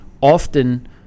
often